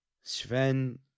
Sven